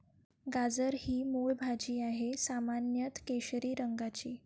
गाजर ही मूळ भाजी आहे, सामान्यत केशरी रंगाची